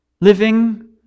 living